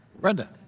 Brenda